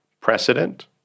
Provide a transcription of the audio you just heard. Precedent